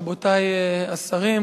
רבותי השרים,